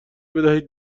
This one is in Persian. بدهید